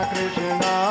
Krishna